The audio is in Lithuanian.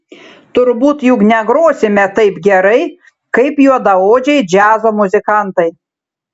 turbūt juk negrosime taip gerai kaip juodaodžiai džiazo muzikantai